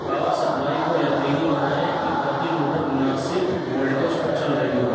power supply کو یقینی بنائیں کہ برقی موٹر مناسب وولٹیج پر چل رہی ہو